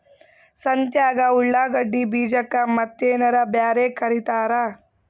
ಸಂತ್ಯಾಗ ಉಳ್ಳಾಗಡ್ಡಿ ಬೀಜಕ್ಕ ಮತ್ತೇನರ ಬ್ಯಾರೆ ಕರಿತಾರ?